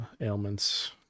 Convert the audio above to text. ailments